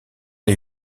les